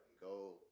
Go